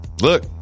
Look